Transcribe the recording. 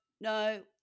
no